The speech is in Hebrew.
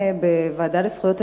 חברי חברי הכנסת,